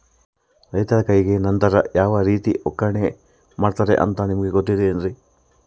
ರೈತರ ಕೈಗೆ ನಂತರ ಯಾವ ರೇತಿ ಒಕ್ಕಣೆ ಮಾಡ್ತಾರೆ ಅಂತ ನಿಮಗೆ ಗೊತ್ತೇನ್ರಿ?